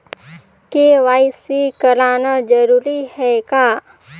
KYC कराना जरूरी है का?